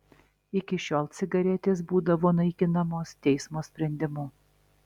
iki šiol cigaretės būdavo naikinamos teismo sprendimu